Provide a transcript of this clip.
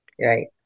Right